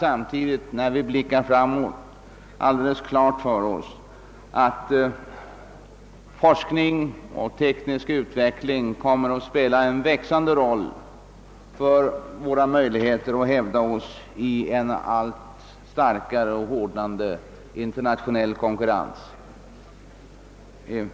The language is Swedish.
Samtidigt har vi klart för oss att forskningen och den tekniska utvecklingen framdeles kommer att spela en växande roll för våra möjligheter att hävda oss i en hårdnande internationell konkurrens.